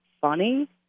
funny